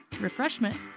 refreshment